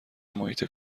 محیط